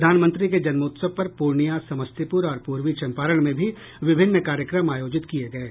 प्रधानमंत्री के जन्मोत्सव पर पूर्णियां समस्तीपुर और पूर्वी चंपारण में भी विभिन्न कार्यक्रम आयोजित किये गये